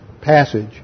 passage